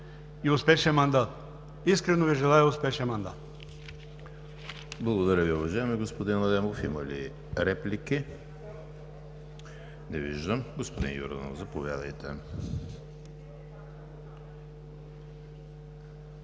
и успешен мандат. Искрено Ви желая успешен мандат!